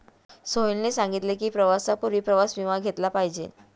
सोहेलने सांगितले की, प्रवासापूर्वी प्रवास विमा घेतला पाहिजे